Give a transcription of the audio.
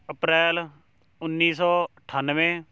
ਅਪ੍ਰੈਲ ਉੱਨੀ ਸੌ ਅਠਾਨਵੇਂ